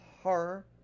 horror